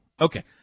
okay